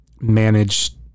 managed